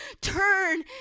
Turn